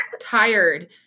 tired